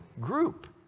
group